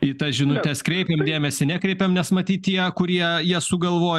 į tas žinutes kreipiam dėmesį nekreipiam nes matyt tie kurie jas sugalvojo